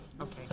Okay